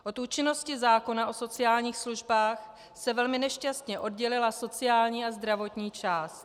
Od účinnosti zákona o sociálních službách se velmi nešťastně oddělila sociální a zdravotní část.